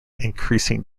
increasing